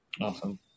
Awesome